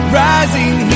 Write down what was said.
rising